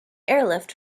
airlift